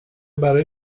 برای